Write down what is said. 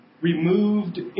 removed